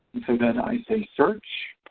so then i say search.